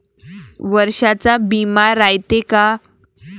वर्षाचा बिमा रायते का?